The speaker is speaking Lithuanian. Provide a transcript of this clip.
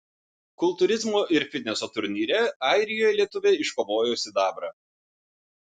kultūrizmo ir fitneso turnyre airijoje lietuvė iškovojo sidabrą